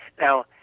Now